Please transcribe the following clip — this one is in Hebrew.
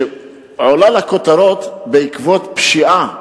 שעולה לכותרות בעקבות פשיעה בעיר,